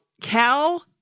Cal